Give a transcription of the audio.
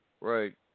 Right